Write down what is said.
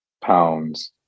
Pounds